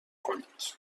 کنید